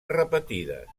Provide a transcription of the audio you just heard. repetides